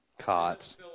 cots